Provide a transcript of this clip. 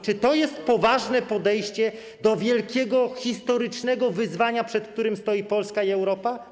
Czy to jest poważne podejście do wielkiego, historycznego wyzwania, przed którym stoi Polska i Europa?